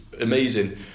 amazing